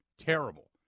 Terrible